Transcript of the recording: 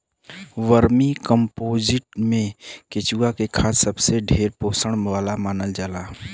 vermicomposting में केचुआ के खाद सबसे ढेर पोषण वाला मानल जाला